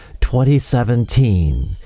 2017